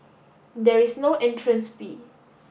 there is no entrance fee